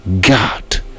god